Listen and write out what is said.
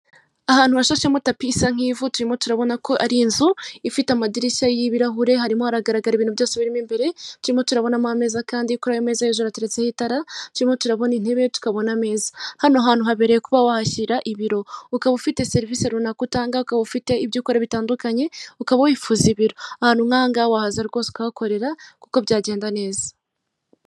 Ahantu hashashemo tapi isa nk'ivu turimo turabona ko ari inzu ifite amadirishya y'ibirahure, harimo haragaragara ibintu byose birimo imbere turimo turabonamo ameza meza kandi kuri ayo meza hejuru hateretse itara, turimo turabona intebe tukabona ameza. Hano hantu habereye kuba wahashyira ibiro. Ukaba ufite serivisi runaka utanga, ukaba ufite ibyo ukora bitandukanye, ukaba wifuza ibiro ahantu nkaha ngaha waza rwose ukahakorera kuko byagenda neza.